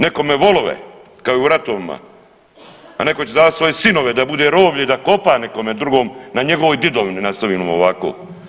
Nekome volove kao i u ratovima, a neko će davati svoje sinove da bude roblje i da kopa nekome drugom na njegovoj didovini nastavimo li ovako.